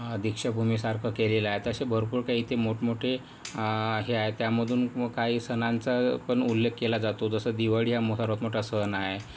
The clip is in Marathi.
दीक्षाभूमीसारखं केलेलं आहे तर असे भरपूर काय इथे मोठमोठे हे आहेत त्यामधून काही सणांचा पण उल्लेख केला जातो जसा दिवाळी हा सर्वात मोठा सण आहे